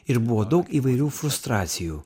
ir buvo daug įvairių frustracijų